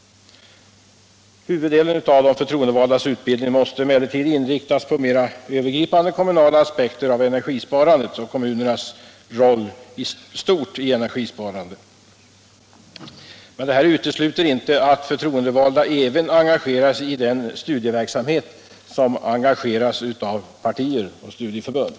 Huvuddelen av de förtroendevaldas utbildning måste emellertid inriktas på mera övergripande kommunala aspekter av energisparandet och kommunernas roll i stort i energisparandet. Men detta utesluter inte att förtroendevalda även engagerar sig i de studier som arrangeras av partier och studieförbund.